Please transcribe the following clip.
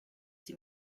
die